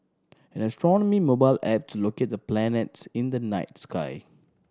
an astronomy mobile app to locate the planets in the night sky